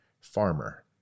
farmer